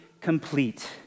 complete